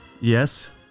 Yes